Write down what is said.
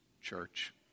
church